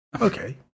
Okay